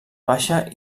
baixa